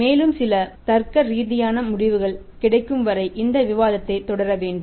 மேலும் சில தர்க்கரீதியான முடிவுகள் கிடைக்கும் வரை இந்த விவாதத்தைத் தொடர வேண்டும்